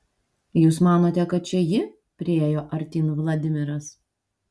jūs manote kad čia ji priėjo artyn vladimiras